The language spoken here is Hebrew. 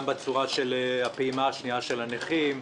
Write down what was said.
גם בצורת הפעימה השנייה של הנכים.